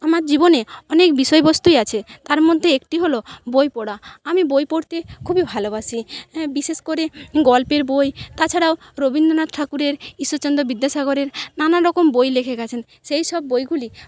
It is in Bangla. আমার জীবনে অনেক বিষয়বস্তুই আছে তার মধ্যে একটি হল বই পড়া আমি বই পড়তে খুবই ভালোবাসি বিশেষ করে গল্পের বই তা ছাড়াও রবীন্দ্রনাথ ঠাকুরের ঈশ্বরচন্দ্র বিদ্যাসাগরের নানান রকম বই লিখে গেছেন সেই সব বইগুলি